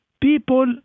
people